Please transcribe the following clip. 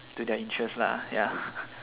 to their interests lah ya